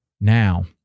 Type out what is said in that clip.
now